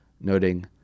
noting